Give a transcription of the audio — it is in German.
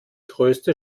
größte